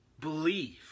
believe